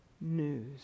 news